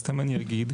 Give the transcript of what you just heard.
סתם אני אגיד,